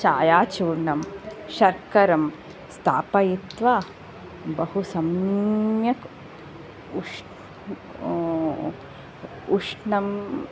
चायाचूर्णं शर्करां स्थापयित्व बहु सम्यक् उश् उष्णं